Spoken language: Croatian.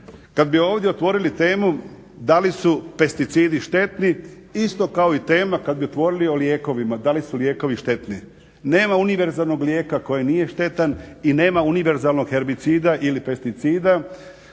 Kad bi ovdje otvorili temu da li su pesticidi štetni isto kao i tema kad bi otvorili o lijekovima da li su lijekovi štetni. Nema univerzalnog lijeka koji nije štetan i nema univerzalnog herbicida ili pesticida